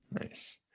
nice